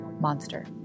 Monster